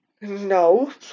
No